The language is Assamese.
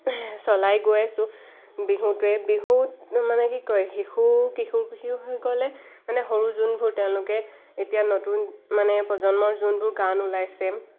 চলাই গৈ আছোঁ বিহুটোৱে বিহুত মানে কি কয় শিশু কিশোৰ কিশোৰী বুলি ক'লে মানে সৰু যোনবোৰ তেওঁলোকে এতিয়া নতুন মানে প্ৰজন্মৰ যোনবোৰ গান ওলাইছে